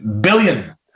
Billion